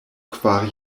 kvar